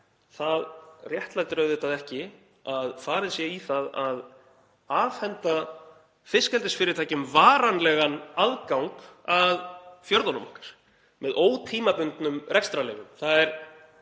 dag, réttlætir auðvitað ekki að farið sé í það að afhenda fiskeldisfyrirtækjum varanlegan aðgang að fjörðunum okkar með ótímabundnum rekstrarleyfum.